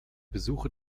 besuche